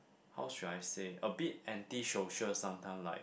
how should I say a bit anti social sometime like